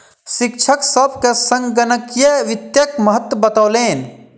शिक्षक सभ के संगणकीय वित्तक महत्त्व बतौलैन